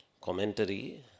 commentary